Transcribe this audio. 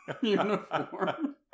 uniform